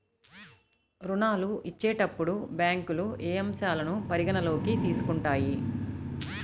ఋణాలు ఇచ్చేటప్పుడు బ్యాంకులు ఏ అంశాలను పరిగణలోకి తీసుకుంటాయి?